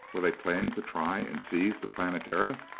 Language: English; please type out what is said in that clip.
were they planning to try and seize the planetara?